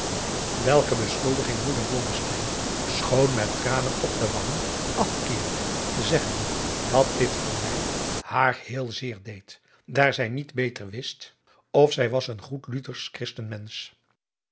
welke beschuldiging moeder blommesteyn schoon met tranen op de wangen askeerde zeggende dat dit verwijt haar heel zeer deed daar zij niet beter wist of zij was een goed luthersch kristen mensch